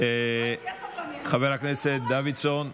חבר הכנסת דוידסון.